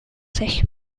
sich